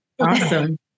Awesome